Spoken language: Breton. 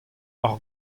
hor